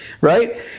right